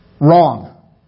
Wrong